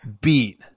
beat